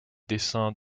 desseins